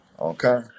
Okay